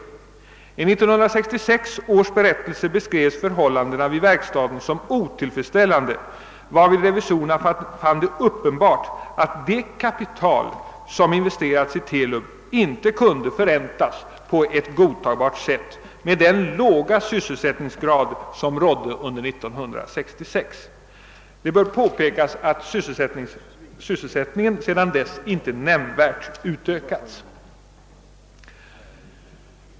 I 1966 års berättelse beskrevs förhållandena vid verkstaden som otillfredsställande, varvid revisorerna fann det uppenbart att det kapital som investerats i TELUB inte kunde förräntas på ett godtagbart sätt med den låga sysselsättningsgrad som rådde under 1966. Det bör påpekas att sysselsättningen sedan dess inte nämnvärt ökats.